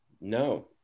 No